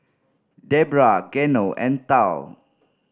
Debrah Geno and Tal